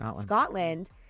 Scotland